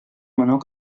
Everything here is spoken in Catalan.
menor